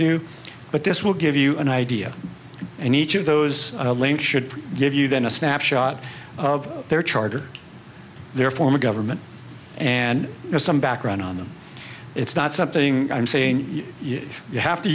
do but this will give you an idea and each of those links should give you then a snapshot of their charter their form of government and some background on them it's not something i'm saying you have to